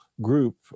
group